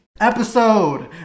Episode